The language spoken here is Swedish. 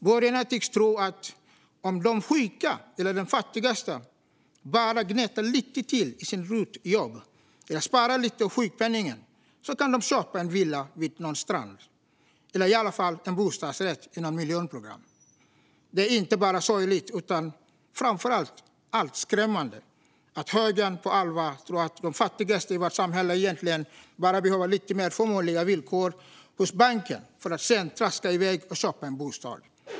Borgarna tycks tro att om de sjuka eller fattigaste bara sparar lite av sjukpenningen eller gnetar lite till i sina rutjobb kan de köpa en villa vid någon strand eller i alla fall en bostadsrätt i något miljonprogram. Det är inte bara sorgligt utan framför allt skrämmande att högern på allvar tror att de fattigaste i vårt samhälle egentligen bara behöver lite mer förmånliga villkor hos banken för att de ska kunna traska iväg och köpa en bostad.